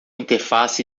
interface